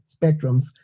spectrums